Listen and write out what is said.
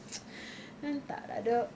entah lah dok